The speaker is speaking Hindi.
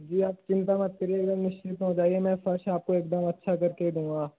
जी आप चिंता मत करिए एकदम निश्चिंत हो जाइए मैं फ़र्श आपको एकदम अच्छा करके ही दूंगा